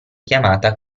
chiamata